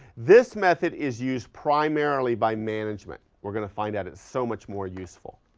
this method is used primary by management. we're going to find that it's so much more useful,